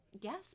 Yes